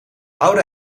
oude